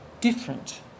different